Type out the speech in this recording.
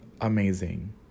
amazing